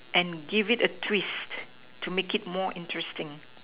and give it a twist to make it more interesting